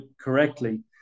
correctly